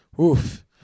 Oof